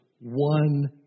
one